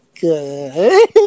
good